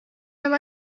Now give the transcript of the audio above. where